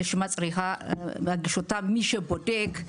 את הרשימה צריך להגיש מי שבודק,